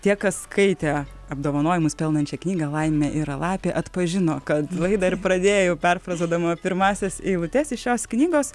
tie kas skaitė apdovanojimus pelnančią knygą laimė yra lapė atpažino kad laidą ir pradėjau perfrazuodama pirmąsias eilutes iš šios knygos